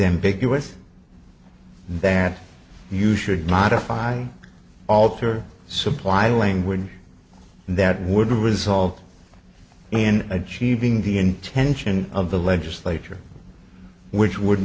ambiguous that you should modify alter supply language that would result in a cheating the intention of the legislature which would